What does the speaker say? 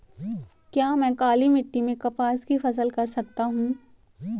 क्या मैं काली मिट्टी में कपास की फसल कर सकता हूँ?